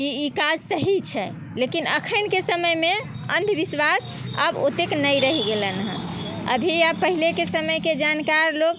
की ई काज सही छै लेकिन एखनके समयमे अन्धविश्वास आब ओतेक नहि रहि गेलनि हेँ अभी आब पहिलेके समयके जानकार लोक